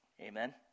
Amen